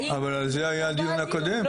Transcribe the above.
אבל על זה היה הדיון הקודם,